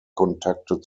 kontakte